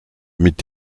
mit